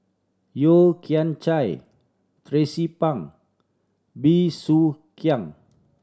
Yeo Kian Chai Tracie Pang Bey Soo Khiang